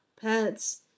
pets